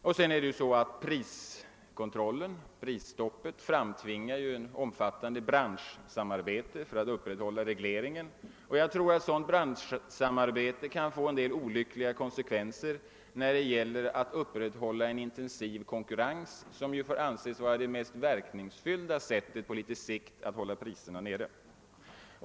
Vidare framtvingar prisstoppet ett omfattande branschsamarbete för att upprätthålla regleringen, och jag tror att ett sådant kan få olyckliga konsekvenser när det gäller att upprätthålla en intensiv konkurrens, som ju på sikt får anses vara det mest verkningsfulla sättet att hålla priserna nere.